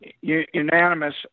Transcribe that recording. unanimous